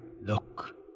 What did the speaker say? Look